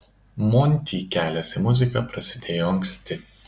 monty kelias į muziką prasidėjo anksti